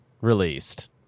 released